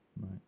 Right